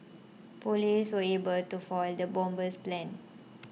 police were able to foil the bomber's plans